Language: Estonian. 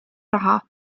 raha